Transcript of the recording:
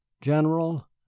general